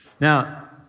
Now